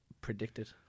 predicted